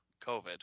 covid